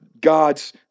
God's